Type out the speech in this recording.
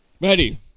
Ready